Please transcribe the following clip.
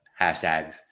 hashtags